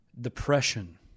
depression